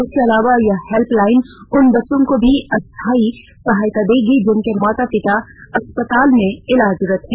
इसके अलावा यह हेल्पलाइन उन बच्चों को भी अस्थायी सहायता देगी जिनके माता पिता अस्पताल में इलाजरत हैं